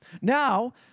Now